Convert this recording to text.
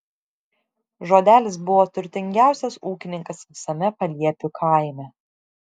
žodelis buvo turtingiausias ūkininkas visame paliepių kaime